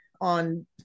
on